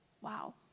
Wow